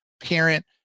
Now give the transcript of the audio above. parent